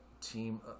team